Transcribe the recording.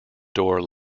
door